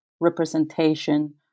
representation